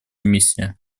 миссия